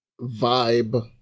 vibe